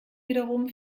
wiederum